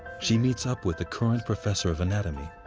she meets up with a current professor of anatomy.